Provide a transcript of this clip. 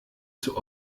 zur